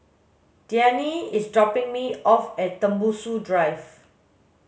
Deane is dropping me off at Tembusu Drive